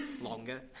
longer